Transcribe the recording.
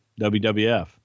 WWF